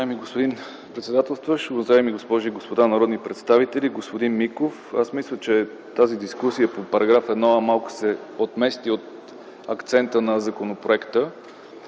Уважаеми господин председателстващ, уважаеми госпожи и господа народни представители, господин Миков! Аз мисля, че тази дискусия по § 1 малко се отмести от акцента на законопроекта.